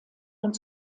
und